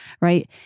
right